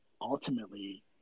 ultimately